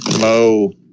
Mo